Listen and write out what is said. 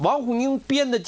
why would you be in the